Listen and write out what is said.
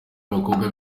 abakobwa